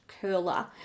curler